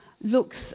looks